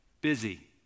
Busy